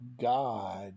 God